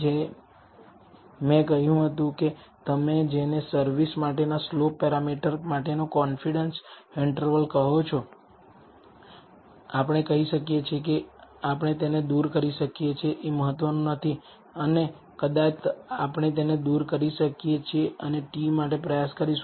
જેમ મેં કહ્યું હતું કે તમે જેને સર્વિસ માટેના સ્લોપ પેરામીટર માટેનો કોન્ફિડેન્સ ઈન્ટરવલ કહો છો આપણે કહી શકીએ છીએ કે આપણે તેને દૂર કરી શકીએ છીએ તે મહત્વનું નથી અને કદાચ આપણે તેને દૂર કરી શકીએ છીએ અને t માટે પ્રયાસ કરીશું